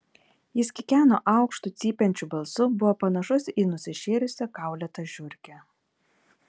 jis kikeno aukštu cypiančiu balsu buvo panašus į nusišėrusią kaulėtą žiurkę